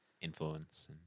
influence